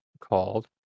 called